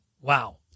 Wow